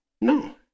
No